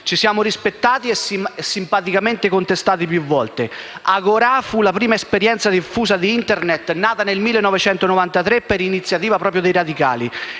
ci siamo rispettati e simpaticamente contestati più volte. «Agorà» fu la prima esperienza diffusa di Internet, nata nel 1993 per iniziativa proprio dei radicali.